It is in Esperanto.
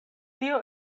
tio